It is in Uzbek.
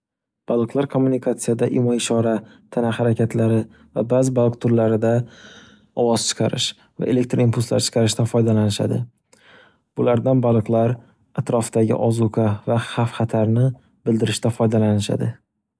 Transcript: Baliqlar kommunikatsiyada imoishora, tana harakatlari va ba'zi baliq turlarida ovoz chiqarish va elektr impulslar chiqarishdan foydalanishadi. Bulardan baliqlar atrofdagi ozuka va xavfxatarni bildirishda foydalanishadi.